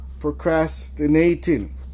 procrastinating